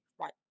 right